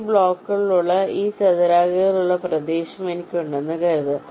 ഈ ബ്ലോക്കുകളുള്ള ഈ ചതുരാകൃതിയിലുള്ള പ്രദേശം എനിക്കുണ്ടെന്ന് കരുതുക